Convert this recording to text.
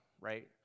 right